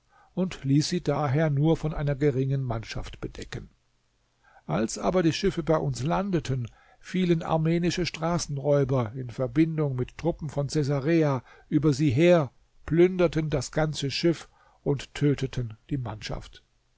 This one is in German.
und ließ sie daher nur von einer geringen mannschaft bedecken als aber die schiffe bei uns landeten fielen armenische straßenräuber in verbindung mit truppen von cäsarea über sie her plünderten das ganze schiff und töteten die mannschaft